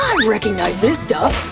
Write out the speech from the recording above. um recognize this stuff!